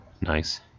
Nice